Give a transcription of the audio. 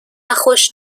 خوش